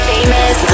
Famous